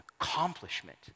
accomplishment